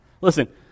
Listen